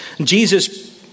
Jesus